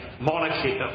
monarchy